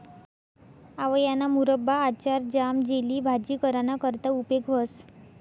आवयाना मुरब्बा, आचार, ज्याम, जेली, भाजी कराना करता उपेग व्हस